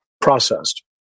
processed